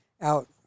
out